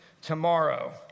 tomorrow